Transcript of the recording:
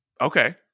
Okay